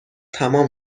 تمام